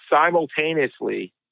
simultaneously